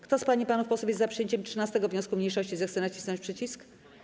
Kto z pań i panów posłów jest za przyjęciem 13. wniosku mniejszości, zechce nacisnąć przycisk.